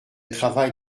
travaille